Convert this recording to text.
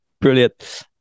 Brilliant